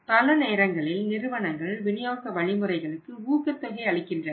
பல நேரங்களில் நிறுவனங்கள் விநியோக வழிமுறைகளுக்கு ஊக்கத்தொகை அளிக்கின்றன